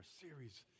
series